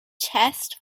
chest